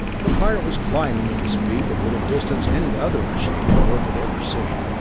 the pirate was climbing at a speed that would have distanced any other machine the world had ever seen,